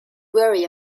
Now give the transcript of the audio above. worry